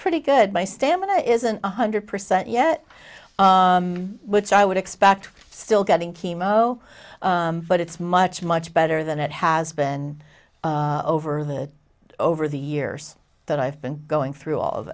pretty good my stamina isn't one hundred percent yet which i would expect still getting chemo but it's much much better than it has been over the over the years that i've been going through all of